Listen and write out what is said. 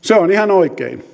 se on ihan oikein